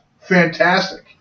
Fantastic